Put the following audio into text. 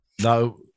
no